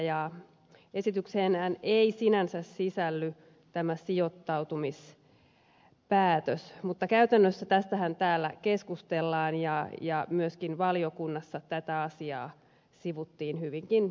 esitykseenhän ei sinänsä sisälly tämä sijoittautumispäätös mutta käytännössä tästähän täällä keskustellaan ja myöskin valiokunnassa tätä asiaa sivuttiin hyvinkin paljon